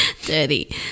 Dirty